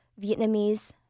Vietnamese